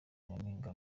nyampinga